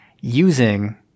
using